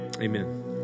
amen